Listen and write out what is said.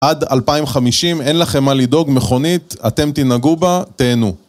עד 2050 אין לכם מה לדאוג, מכונית, אתם תנהגו בה, תיהנו.